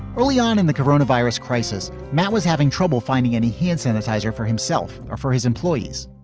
early on in the corona virus crisis, matt was having trouble finding any hand sanitizer for himself or for his employees.